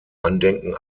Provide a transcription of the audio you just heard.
andenken